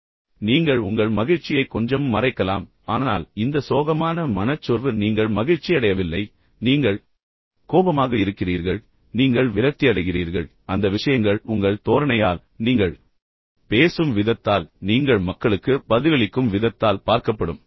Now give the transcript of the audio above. எனவே நீங்கள் உங்கள் மகிழ்ச்சியை கொஞ்சம் மறைக்கலாம் ஆனால் இந்த சோகமான மனச்சோர்வு நீங்கள் மகிழ்ச்சியடையவில்லை நீங்கள் கோபமாக இருக்கிறீர்கள் நீங்கள் விரக்தியடைகிறீர்கள் எனவே அந்த விஷயங்கள் உங்கள் தோரணையால் நீங்கள் பேசும் விதத்தால் நீங்கள் மக்களுக்கு பதிலளிக்கும் விதத்தால் பார்க்கப்படும்